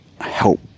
help